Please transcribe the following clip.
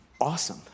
Awesome